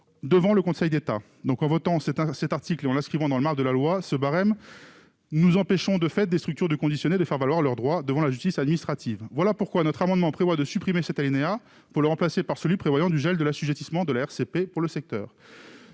devant le Conseil d'État. En votant cet article et en inscrivant ce barème dans le marbre de la loi, nous empêchons de fait les structures du reconditionné de faire valoir leurs droits devant la justice administrative. Voilà pourquoi nous proposons de supprimer cet alinéa pour le remplacer par une mesure de gel de l'assujettissement à la RCP pour le secteur.